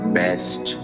best